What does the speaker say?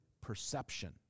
perception